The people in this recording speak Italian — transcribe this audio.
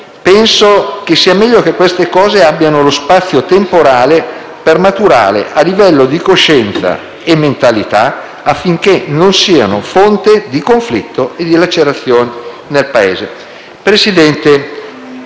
«Penso che sia meglio che queste cose abbiano lo spazio temporale per maturare a livello di coscienza e mentalità, affinché non siano fonte di conflitto e di lacerazione dentro il Paese».